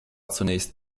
zunächst